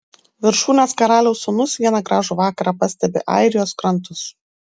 viršūnės karaliaus sūnus vieną gražų vakarą pastebi airijos krantus